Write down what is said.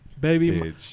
baby